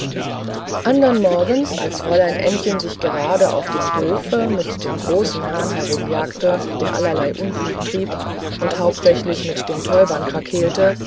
andern morgens als fräulein ännchen sich gerade auf dem hofe mit dem großen hahn herumjagte der allerlei unfug trieb und hauptsächlich mit den täubern